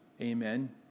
amen